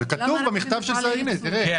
זה כתוב במכתב של --- כן,